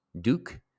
duke